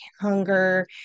Hunger